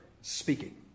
speaking